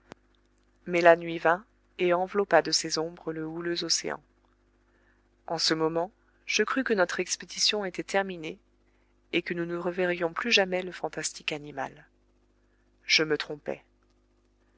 mais la nuit vint et enveloppa de ses ombres le houleux océan en ce moment je crus que notre expédition était terminée et que nous ne reverrions plus jamais le fantastique animal je me trompais